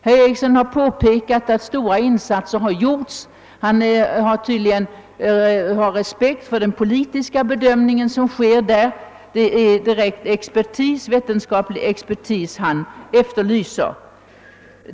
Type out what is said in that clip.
Herr Ericson har påpekat att stora insatser har gjorts. Han har tydligen respekt för den politiska bedömning som sker, och det är uppenbarligen vetenskaplig expertis han efterlyser.